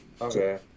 Okay